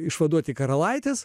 išvaduoti karalaitės